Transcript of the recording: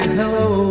hello